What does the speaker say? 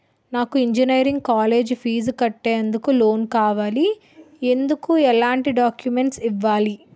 నాకు engineering college fees కట్టేందుకు loan కావాలి, ఎందుకు ఎలాంటి డాక్యుమెంట్స్ ఇవ్వాలి?